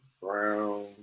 Brown